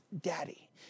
daddy